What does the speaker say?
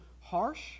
harsh